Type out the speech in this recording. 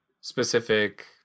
specific